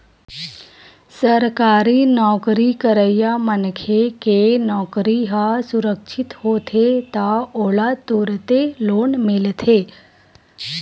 सरकारी नउकरी करइया मनखे के नउकरी ह सुरक्छित होथे त ओला तुरते लोन मिलथे